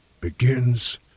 begins